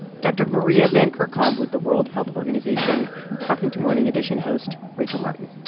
dr. maria van kerkhove with the world health organization talking to morning edition host rachel martin.